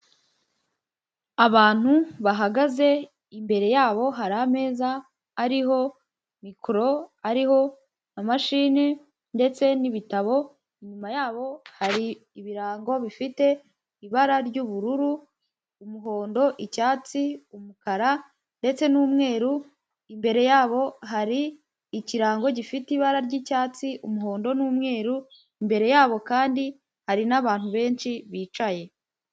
Abantu bahagaze imbere yabo hari ameza ariho mikoro, ariho amamashini ndetse n'ibitabo, inyuma yabo hari ibirango bifite ibara ry'ubururu, umuhondo, icyatsi, umukara ndetse n'umweru imbere yabo hari ikirango gifite ibara ry'icyatsi, umuhondo n'umweru, imbere yabo kandi hari n'abantu benshi bicaye.